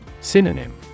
Synonym